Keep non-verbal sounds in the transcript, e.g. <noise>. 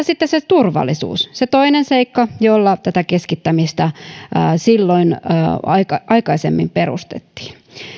<unintelligible> sitten turvallisuus se toinen seikka jolla tätä keskittämistä silloin aikaisemmin perusteltiin